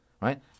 right